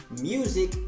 music